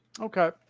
okay